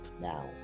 now